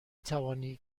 توانی